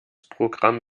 programm